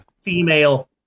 female